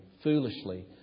foolishly